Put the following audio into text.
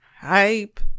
hype